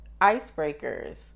icebreakers